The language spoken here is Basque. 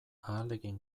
ahalegin